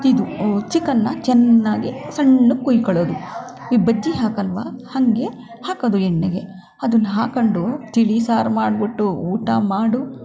ಇದು ಚಿಕನ್ನ ಚೆನ್ನಾಗಿ ಸಣ್ಣಗೆ ಕುಯ್ಕೊಳ್ಳೋದು ಈ ಬಜ್ಜಿ ಹಾಕೋಲ್ವ ಹಾಗೆ ಹಾಕೋದು ಎಣ್ಣೆಗೆ ಅದನ್ನು ಹಾಕ್ಕೊಂಡು ತಿಳಿ ಸಾರು ಮಾಡಿಬಿಟ್ಟು ಊಟ ಮಾಡು